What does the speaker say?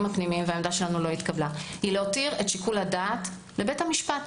הפנימיים והעמדה שלנו לא התקבלה - להותיר את שיקול הדעת לבית המשפט.